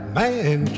man